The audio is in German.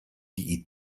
die